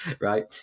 right